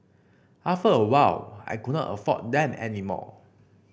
after a while I could not afford them any more